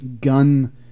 gun